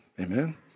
Amen